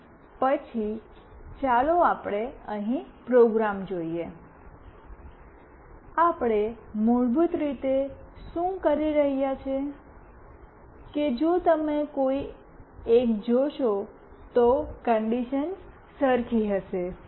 અને પછી ચાલો આપણે અહીં પ્રોગ્રામ જોઈએ આપણે મૂળભૂત રીતે શું કરી રહ્યા છીએ કે જો તમે કોઈ એક જોશો તો કન્ડિશન્સ સરખી હશે